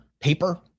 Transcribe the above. paper